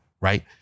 Right